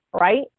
right